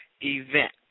event